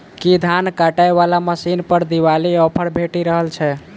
की धान काटय वला मशीन पर दिवाली ऑफर भेटि रहल छै?